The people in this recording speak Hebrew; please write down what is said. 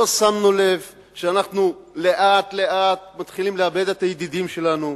לא שמנו לב שאנחנו לאט-לאט מתחילים לאבד את הידידים שלנו,